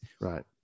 Right